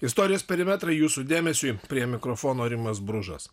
istorijos perimetrai jūsų dėmesiui prie mikrofono rimas bružas